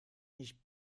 nicht